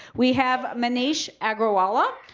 we have maneesh agrawala.